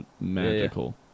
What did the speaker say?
magical